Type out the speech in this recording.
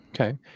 Okay